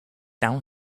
down